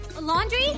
Laundry